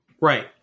Right